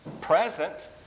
present